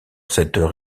cette